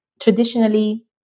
traditionally